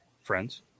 friends